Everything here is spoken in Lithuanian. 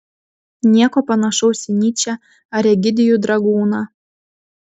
nieko panašaus į nyčę ar egidijų dragūną